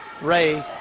Ray